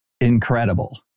incredible